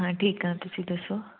ਹਾਂ ਠੀਕ ਹਾਂ ਤੁਸੀਂ ਦੱਸੋ